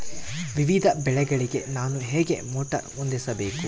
ವಿವಿಧ ಬೆಳೆಗಳಿಗೆ ನಾನು ಹೇಗೆ ಮೋಟಾರ್ ಹೊಂದಿಸಬೇಕು?